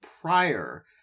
prior